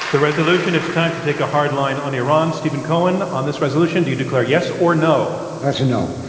the resolution, it's time to take a hard line on iran stephen cohen, on this resolution, do you declare yes or no? that's a no.